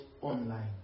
online